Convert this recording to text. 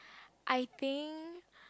I think